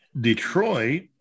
Detroit